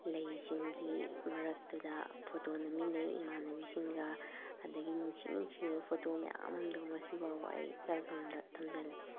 ꯂꯩꯁꯤꯡꯒꯤ ꯃꯔꯛꯇꯨꯗ ꯐꯣꯇꯣ ꯅꯝꯃꯤꯟꯅꯩ ꯏꯃꯥꯟꯅꯕꯤꯁꯤꯡꯒ ꯑꯗꯒꯤ ꯅꯨꯡꯁꯤ ꯅꯨꯡꯁꯤꯕ ꯐꯣꯇꯣ ꯃꯌꯥꯝ ꯑꯃꯗꯣ ꯉꯁꯤ ꯐꯥꯎꯕ ꯑꯩ ꯑꯦꯜꯕꯝꯗ ꯊꯝꯖꯤꯜꯂꯤ